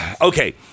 Okay